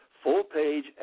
Full-page